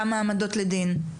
כמה העמדות לדין.